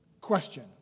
question